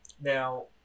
Now